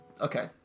Okay